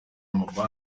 amabanki